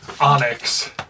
Onyx